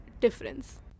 difference